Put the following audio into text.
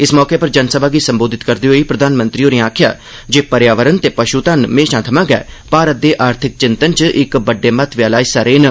इस मौके उप्पर जनसभा गी संबोधित करदे प्रघानमंत्री होरें आक्खेआ जे पर्यावरण ते पशुधन म्हेशां सोयां गै भारत दे आर्थिक चिंतन च इक बड्डै महत्वै आह्ला हिस्सा रेह् न